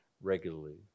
regularly